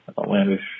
outlandish